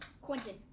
Quentin